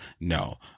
No